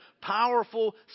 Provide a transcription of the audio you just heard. powerful